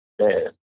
Man